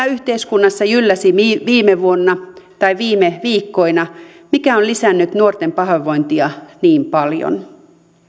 yhteiskunnassa jylläsi viime vuonna tai viime viikkoina mikä on lisännyt nuorten pahoinvointia niin paljon